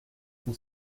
son